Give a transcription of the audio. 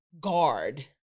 guard